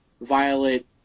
violet